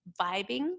vibing